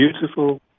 beautiful